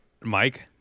Mike